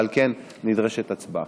ועל כך נדרשת הצבעה.